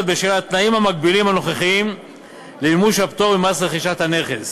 בשל התנאים המגבילים הנוכחיים למימוש הפטור ממס במכירת הנכס.